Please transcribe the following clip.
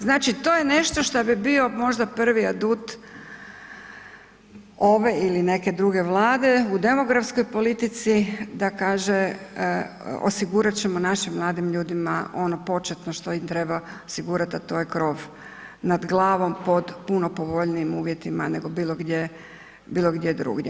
Znači, to je nešto šta bi bio možda prvi adut ove ili neke druge vlade u demografskoj politici da kaže osigurat ćemo našim mladim ljudima ono početno što im treba osigurati, a to je krov nad glavom pod puno povoljnijim uvjetima nego bilo gdje, bilo gdje drugdje.